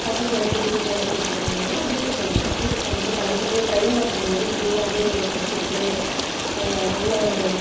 பசங்களோடு பேசிகிட்டு விளாண்டுட்ருக்குங்கனால வீட்டுக்கு வந்துடுவேன் வீட்டுக்கு வந்துவிட்டு படிச்சிட்டு ட்ரெயினில் போகும்போது ஃப்ரீயாகவே படிச்சுக்கிட்டு நல்ல ஒரு